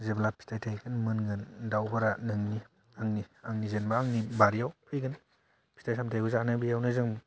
जेब्ला फिथाइ थाइगोन मोनगोन दावफोरा नोंनि आंनि आंनि जेनेबा आंनि बारियाव फैगोन फिथाइ सामथाइखौ जानो बेयावनो जों